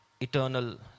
eternal